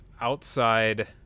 outside